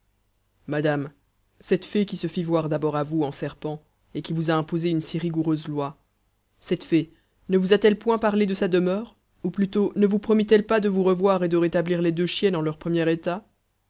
madame cette fée qui se fit voir d'abord à vous en serpent et qui vous a imposé une si rigoureuse loi cette fée ne vous a-t-elle point parlé de sa demeure ou plutôt ne vous promitelle pas de vous revoir et de rétablir les deux chiennes en leur premier état